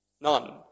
None